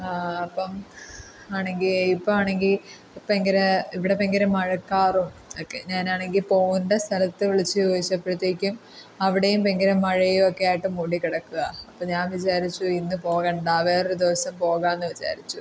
അപ്പം ആണെങ്കിൽ ഇപ്പം ആണെങ്കിൽ ഭയങ്കര ഇവിടെ ഭയങ്കര മഴക്കാറും ഒക്കെ ഞാൻ ആണെങ്കിൽ പോകേണ്ട സ്ഥലത്ത് വിളിച്ച് ചോദിച്ചപ്പഴ്ത്തേയ്ക്കും അവിടെയും ഭയങ്കര മഴയൊക്കെ ആയിട്ട് മൂടി കിടക്കുകയാണ് അപ്പം ഞാൻ വിചാരിച്ചു ഇന്ന് പോകേണ്ട വേറൊരു ദിവസം പോകാം എന്ന് വിചാരിച്ചു